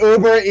Uber